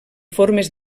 formes